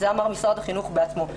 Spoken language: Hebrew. את זה אמר משרד החינוך בעצמו.